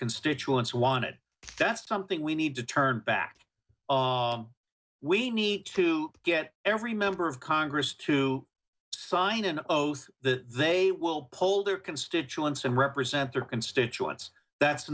constituents want it that's something we need to turn back on we need to get every member of congress to sign an oath that they will poulder stitch and represent their constituents that's